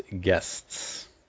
Guests